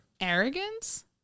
Arrogance